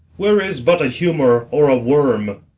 where is but a humour or a worm?